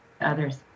others